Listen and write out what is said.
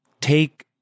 take